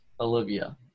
Olivia